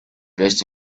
dressed